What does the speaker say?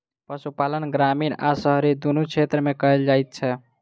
पशुपालन ग्रामीण आ शहरी दुनू क्षेत्र मे कयल जाइत छै